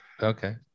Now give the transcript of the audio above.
okay